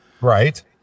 right